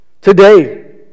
Today